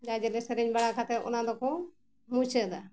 ᱡᱟᱡᱞᱮ ᱥᱮᱨᱮᱧ ᱵᱟᱲᱟ ᱠᱟᱛᱮ ᱚᱱᱟ ᱫᱚᱠᱚ ᱢᱩᱪᱟᱹᱫᱟ